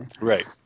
right